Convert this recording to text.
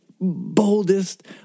boldest